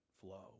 flow